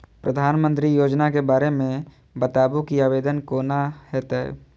प्रधानमंत्री योजना के बारे मे बताबु की आवेदन कोना हेतै?